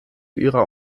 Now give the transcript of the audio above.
ihrer